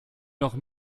noch